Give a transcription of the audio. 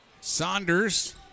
Saunders